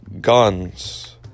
guns